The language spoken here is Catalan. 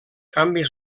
canvis